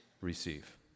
receive